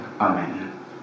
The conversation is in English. Amen